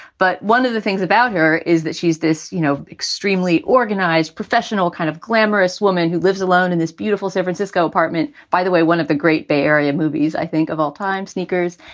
but one of the things about her is that she's this, you know, extremely organized, professional, kind of glamorous woman who lives alone in this beautiful san francisco apartment. by the way, one of the great bay area movies, i think, of all time sneakers.